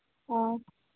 ꯑꯥ